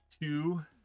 two